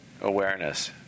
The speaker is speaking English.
awareness